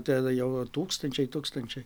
tai jau tūkstančiai tūkstančiai